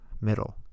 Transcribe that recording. middle